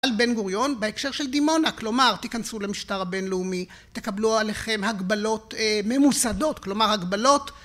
על בן גוריון בהקשר של דימונה. כלומר תיכנסו למשטר הבינלאומי, תקבלו עליכם הגבלות ממוסדות, כלומר הגבלות